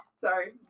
Sorry